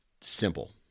simple